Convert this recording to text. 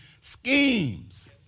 schemes